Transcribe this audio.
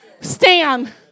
Stand